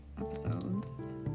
episodes